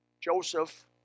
Joseph